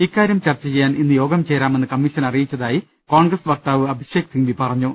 ഇക്കാര്യം ചർച്ച ചെയ്യാൻ ഇന്ന് യോഗം ചേരാമെന്ന് കമ്മീഷൻ അറിയിച്ചതായി കോൺഗ്രസ് വക്താവ് അഭിഷേക് സിംഗ്വി പറഞ്ഞു